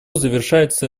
завершается